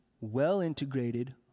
well-integrated